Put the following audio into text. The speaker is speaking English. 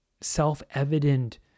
self-evident